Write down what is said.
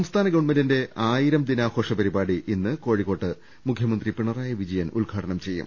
സംസ്ഥാന ഗവൺമെന്റിന്റെ ആയിരം ദിനാഘോഷ പരിപാടി ഇന്ന് കോഴിക്കോട്ട് മുഖ്യമന്ത്രി പിണറായി വിജയൻ ഉദ്ഘാടനം ചെയ്യും